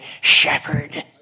shepherd